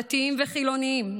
דתיים וחילונים,